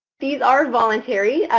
these are voluntary,